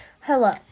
Hello